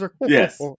Yes